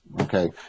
okay